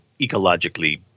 ecologically